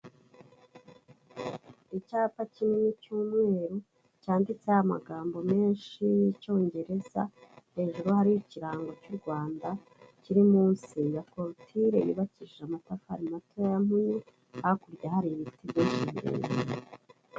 Icyapa kinini cy'umweru, cyanditseho amagambo menshi y'icyongereza, hejuru hariho ikirango cy'u Rwanda, kiri munsi ya korotire yubakishije amatafari mato ya mpunyu, hakurya hari ibiti byinshi birebire.